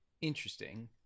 Interesting